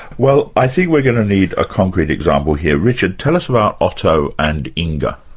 well, i think we're going to need a concrete example here. richard, tell us about otto and inga.